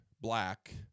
black